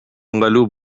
ыңгайлуу